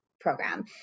program